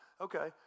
Okay